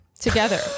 together